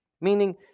Meaning